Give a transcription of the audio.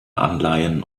anleihen